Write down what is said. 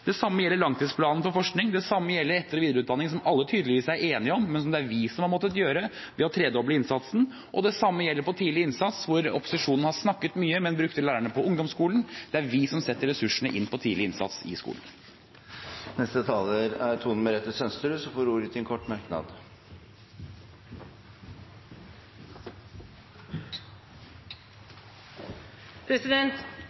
Det samme gjelder langtidsplanen for forskning. Det samme gjelder etter- og videreutdanning, som alle tydeligvis er enige om, men som vi har måttet gjøre ved å tredoble innsatsen. Og det samme gjelder tidlig innsats, hvor opposisjonen har snakket mye, men brukt pengene på lærerne på ungdomsskolen. Det er vi som setter ressursene inn på tidlig innsats i skolen. Representanten Tone Merete Sønsterud har hatt ordet to ganger tidligere og får ordet til en kort merknad,